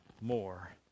more